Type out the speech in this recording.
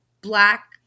black